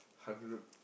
hundred